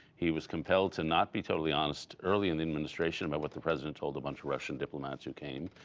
he was compelled to not be totally honest early in the administration about what the president told a bunch of russian diplomats who came.